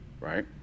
right